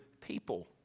people